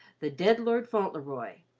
the dead lord fauntleroy,